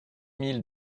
mille